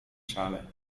szale